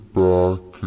back